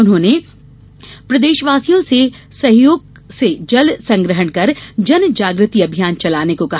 उन्होंने प्रदेशवासियों के सहयोग से जल संग्रहण कर जन जागृति अभियान चलाने को कहा